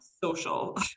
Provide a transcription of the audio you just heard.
social